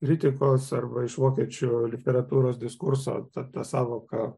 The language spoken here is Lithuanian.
kritikos arba iš vokiečių literatūros diskurso ta ta sąvoka